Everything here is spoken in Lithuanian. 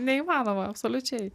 neįmanoma absoliučiai